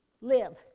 live